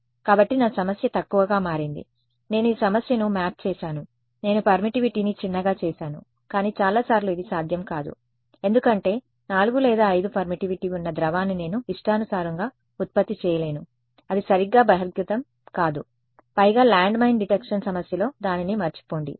కాబట్టి నా సమస్య తక్కువగా మారింది నేను ఈ సమస్యను మ్యాప్ చేసాను నేను పర్మిటివిటీని చిన్నగా చేసాను కానీ చాలా సార్లు ఇది సాధ్యం కాదు ఎందుకంటే 4 లేదా 5 పర్మిటివిటీ ఉన్న ద్రవాన్ని నేను ఇష్టానుసారంగా ఉత్పత్తి చేయలేను అది సరిగ్గా బహిర్గతం కాదు పైగా ల్యాండ్మైన్ డిటెక్షన్ సమస్యలో దానిని మర్చిపోండి